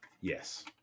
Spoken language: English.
Yes